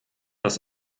das